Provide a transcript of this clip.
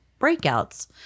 breakouts